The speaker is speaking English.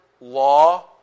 law